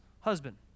husband